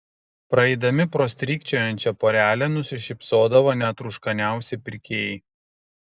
praeidami pro strykčiojančią porelę nusišypsodavo net rūškaniausi pirkėjai